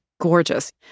gorgeous